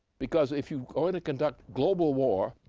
because if you're going to conduct global war,